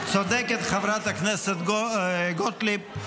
צודקת חברת הכנסת גוטליב.